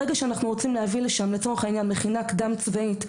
ברגע שאנחנו רוצים להביא לשם מכינה קדם צבאית,